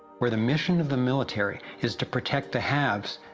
where the mission of the military is to protect the have's,